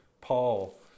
Paul